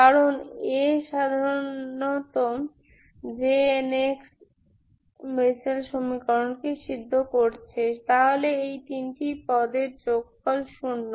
কারণ A সাধারণ Jnx Bessel সমীকরণকে সিদ্ধ করছে সুতরাং এই তিনটি পদের যোগফল শূন্য